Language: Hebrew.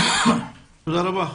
תודה רבה.